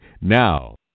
Now